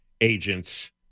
agents